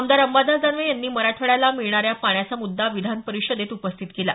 आमदार अंबादास दानवे यांनी मराठवाड्याला मिळणाऱ्या पाण्याचा मुद्दा विधान परिषदेत उपस्थित केला